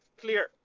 Clear